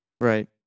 Right